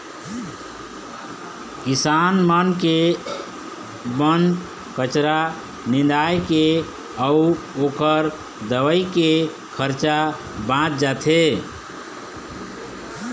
किसान मन के बन कचरा निंदाए के अउ ओखर दवई के खरचा बाच जाथे